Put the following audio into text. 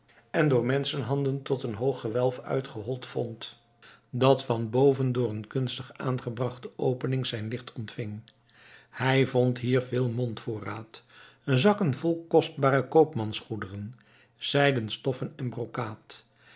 en door menschenhanden tot een hoog gewelf uitgehold vond dat van boven door een kunstig aangebrachte opening zijn licht ontving hij vond hier veel mondvoorraad zakken vol kostbare koopmansgoederen zijden stoffen en brocaat